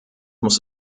muss